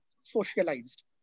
socialized